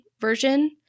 version